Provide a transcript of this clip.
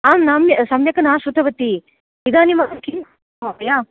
अहं नाम्य सम्यक् न श्रुतवती इदानीम् अहं किं महोदय